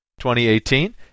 2018